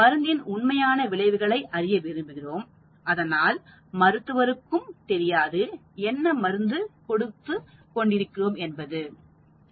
மருந்தின் உண்மையான விளைவுகளை அறிய விரும்புகிறோம் அதனால் மருத்துவருக்கும் தெரியாது என்ன மருந்து கொடுத்துக் கொண்டிருக்கிறோம் என்பதாகும்